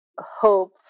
hope